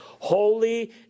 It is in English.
Holy